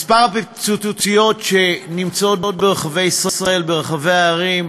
מספר הפיצוציות שנמצאות ברחבי ישראל, ברחבי הערים,